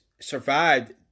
survived